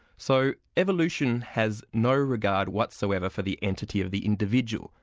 so evolution has no regard whatsoever for the entity of the individual,